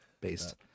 based